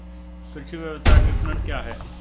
कृषि व्यवसाय विपणन क्या है?